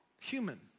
human